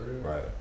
Right